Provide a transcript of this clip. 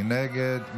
מי נגד?